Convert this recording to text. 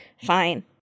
Fine